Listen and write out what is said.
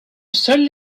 seul